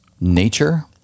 nature